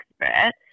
expert